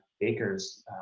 bakers